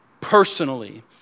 personally